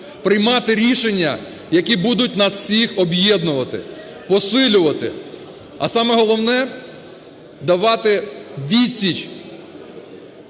приймати рішення, які будуть нас всіх об'єднувати, посилювати, а саме головне – давати відсіч